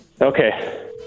Okay